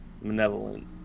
malevolent